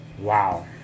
Wow